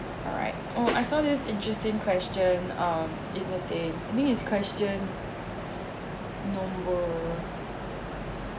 alright oh I saw this interesting question um entertain I mean is question number